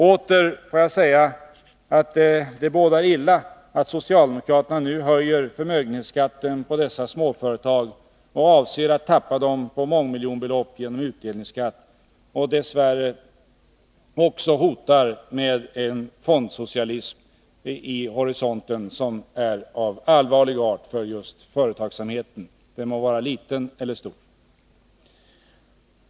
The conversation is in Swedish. Åter får jag säga att det bådar illa att socialdemokraterna nu höjer förmögenhetsskatten på dessa småföretag, avser att tappa dem på mångmiljonbelopp genom utdelningsskatt och dess värre också hotar med en fondsocialism vid horisonten. Den är av allvarlig art för företagsamheten — den må vara liten eller stor.